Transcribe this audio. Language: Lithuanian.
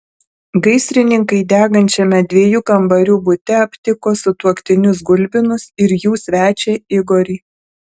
gaisrininkai degančiame dviejų kambarių bute aptiko sutuoktinius gulbinus ir jų svečią igorį